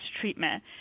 treatment